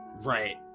Right